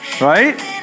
Right